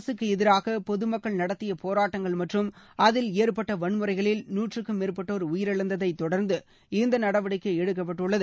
அரசுக்கு எதிராக பொது மக்கள் நடத்திய போராட்டங்கள் மற்றும் அதில் ஏற்பட்ட வன்முறைகளில் நாற்றுக்கும் மேற்பட்டோர் உயிரிழந்ததை தொடர்ந்து இந்த நடவடிக்கை எடுக்கப்பட்டுள்ளது